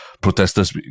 protesters